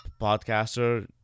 podcaster